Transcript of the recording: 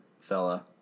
fella